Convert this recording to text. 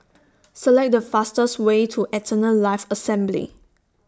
Select The fastest Way to Eternal Life Assembly